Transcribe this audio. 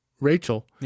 Rachel